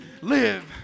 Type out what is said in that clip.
live